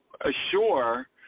assure